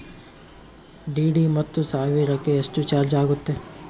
DD ಹತ್ತು ಸಾವಿರಕ್ಕೆ ಎಷ್ಟು ಚಾಜ್೯ ಆಗತ್ತೆ?